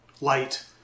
light